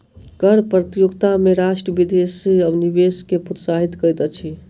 कर प्रतियोगिता में राष्ट्र विदेशी निवेश के प्रोत्साहित करैत अछि